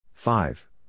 Five